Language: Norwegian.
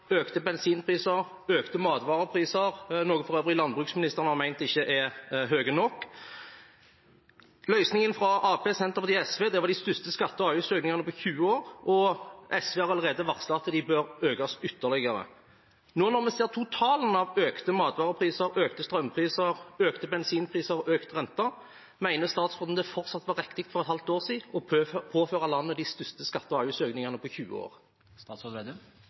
økte bensinpriser, økte matvarepriser – som landbruksministeren for øvrig mener ikke er høye nok. Løsningen fra Arbeiderpartiet, Senterpartiet og SV var de største skatte- og avgiftsøkningene på 20 år, og SV har allerede varslet at de bør økes ytterligere. Nå når vi ser totalen av økte matvarepriser, økte strømpriser, økte bensinpriser og økt rente, mener statsråden det fortsatt var riktig for et halvt år siden å påføre landet de største skatte- og avgiftsøkningene på 20 år?